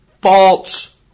false